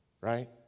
Right